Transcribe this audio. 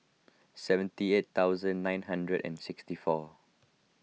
seventy eight thousand nine hundred and sixty four